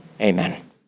amen